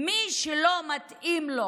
מי שלא מתאים לו